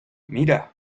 mira